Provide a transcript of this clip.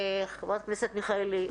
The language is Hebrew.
חברת הכנסת מיכאלי,